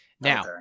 Now